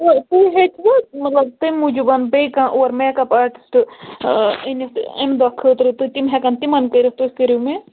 تُہۍ تُہۍ ہیٚکِوٕ مطلب تٔمۍ موجوٗب بیٚیہِ کانٛہہ اور میک اپ آرٹِسٹ أنِتھ أمۍ دۄہ خٲطرٕ تہِ تِم ہٮ۪کَن تِمَن کٔرِتھ تُہۍ کٔریُو مےٚ